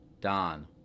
Don